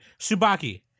Subaki